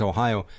Ohio